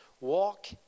walk